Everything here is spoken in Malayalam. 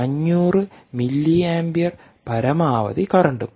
500 മില്ലീയമ്പിയർ പരമാവധി കറന്റും